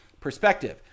perspective